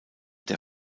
der